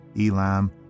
Elam